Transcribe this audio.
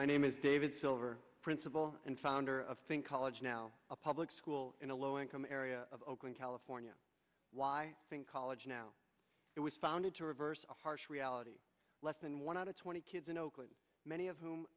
my name is david silver principal and founder of think college now a public school in a low income area of oakland california why college now it was founded to reverse a harsh reality less than one out of twenty kids in oakland many of whom